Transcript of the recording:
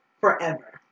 forever